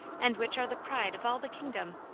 and which are the pride of all the kingdom.